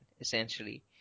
essentially